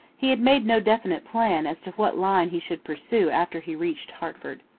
he had made no definite plan as to what line he should pursue after he reached hertford.